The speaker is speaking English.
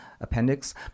appendix